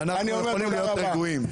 אני אומר תודה רבה.